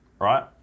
right